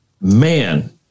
man